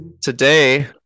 Today